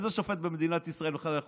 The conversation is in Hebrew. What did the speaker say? איזה שופט במדינת ישראל בכלל יכול